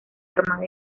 armada